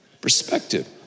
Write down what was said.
Perspective